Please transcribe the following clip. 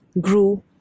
grew